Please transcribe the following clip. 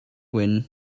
wyn